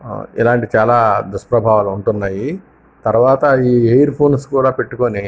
ఇలాంటి చాలా దుష్ప్రభావాలు ఉంటున్నాయి తరువాత ఈ ఇయర్ఫోన్స్ కూడా పెట్టుకుని